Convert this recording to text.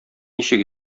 ничек